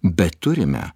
bet turime